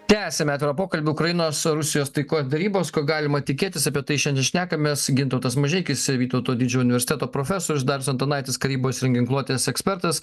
tęsiame pokalbį ukrainos rusijos taikos derybos ko galima tikėtis apie tai šiandien šnekamės gintautas mažeikis vytauto didžiojo universiteto profesorius darius antanaitis karybos ir ginkluotės ekspertas